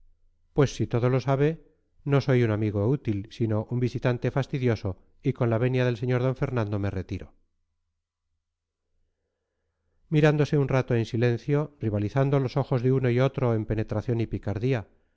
pues si todo lo sabe no soy un amigo útil sino un visitante fastidioso y con la venia del sr d fernando me retiro mirándose un rato en silencio rivalizando los ojos de uno y otro en penetración y picardía